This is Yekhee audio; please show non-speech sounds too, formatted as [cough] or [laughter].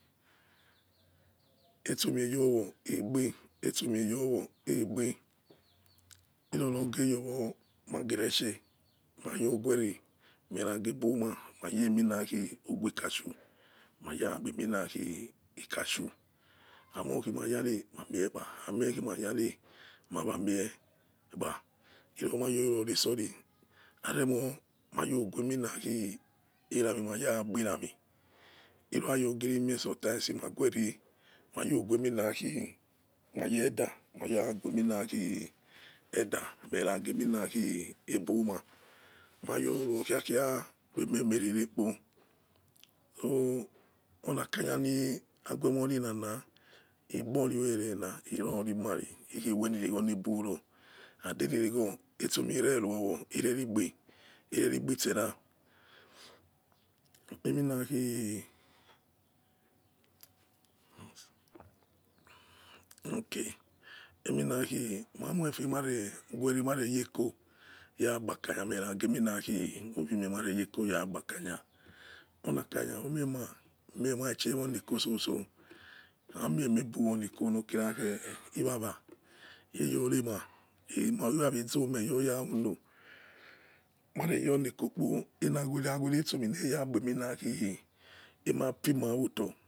Eso mi egwo egbe eso mi eyomo egbeh irorogheyowo magereshe mayoguere meragbeboma mayi eminakhi oguechasue ma ya kpieminakhe kasue amo khima gare mamikpha anie khima yare mayamire kpa iromayoreso ni aremokhimayogha erami mara gberami hirohayogerimie sometimes ma gwere mayogueminokhi mayeda yagueminaki eda mena khi eboma mayor rurokhiakhi roi emerenakpo so onakanya nague morirena igboriwerena irore mare ikhewenirigho nebuvo and enirigho etsomi erero wo enerigbe ererigbitera eminakhi [noise] ok eminakhi mamoife ni mareguere mare yieko yagba kanya menagieminakhi vimeh mareye eko ragbakanya onakanya omemamiema echie woni eko soso mamie emebu wone eko nokira khe iwawa eyonema iyawa ezomeyoyauno mare yor ne eko kpo enaneerera neyagbe emina nafima oto,